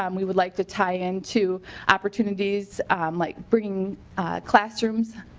um we would like to tie in to opportunities like bringing classrooms.